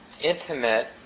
intimate